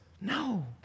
No